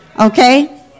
Okay